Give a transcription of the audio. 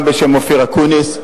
גם בשם אופיר אקוניס,